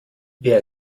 wer